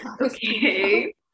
okay